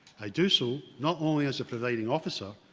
i do so not only as a providing officer,